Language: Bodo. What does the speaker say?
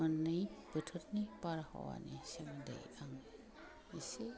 मोननै बोथोरनि बारहावानि सोमोन्दै आं एसे